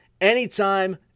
anytime